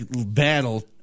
battle